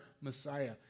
Messiah